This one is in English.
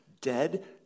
dead